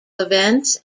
events